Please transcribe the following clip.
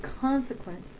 consequence